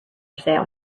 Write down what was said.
sale